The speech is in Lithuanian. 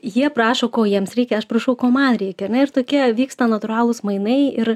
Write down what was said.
jie prašo ko jiems reikia aš prašau ko man reikia ar ne ir tokie vyksta natūralūs mainai ir